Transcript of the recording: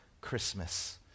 Christmas